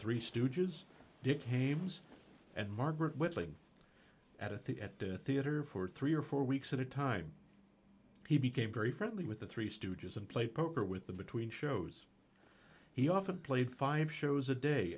haymes and margaret whitley at the at the theater for three or four weeks at a time he became very friendly with the three stooges and play poker with the between shows he often played five shows a day